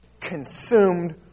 consumed